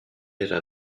era